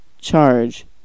charge